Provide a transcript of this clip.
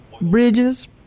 bridges